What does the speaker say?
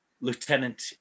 lieutenant